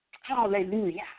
Hallelujah